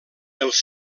els